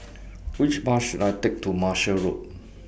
Which Bus should I Take to Martia Road